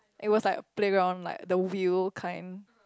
it was like a playground like the wheel kind